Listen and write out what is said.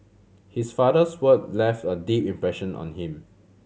his father's word left a deep impression on him